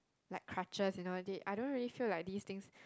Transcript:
like crutches you know they I don't really feel like these things